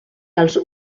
dels